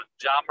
John